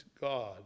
God